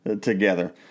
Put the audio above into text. together